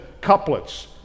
couplets